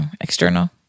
external